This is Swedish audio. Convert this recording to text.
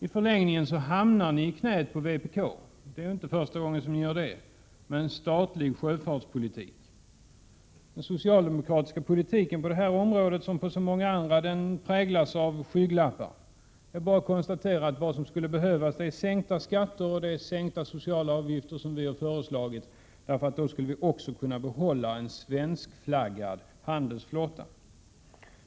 I förlängningen hamnar ni i knät på vpk, och det är inte första gången som ni gör det. Det blir en statlig sjöfartspolitik. Den socialdemokratiska politiken på detta område, som på så många andra, präglas av skygglappar. Vad som skulle behövas är en sänkning av skatterna och av de sociala avgifterna, vilket vi har föreslagit. Då skulle vi också kunna behålla en svenskflaggad handelsflotta.